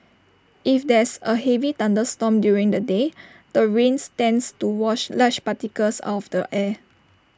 if there's A heavy thunderstorm during the day the rains tends to wash large particles out of the air